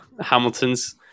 Hamilton's